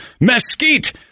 Mesquite